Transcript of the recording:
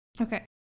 Okay